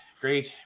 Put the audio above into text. great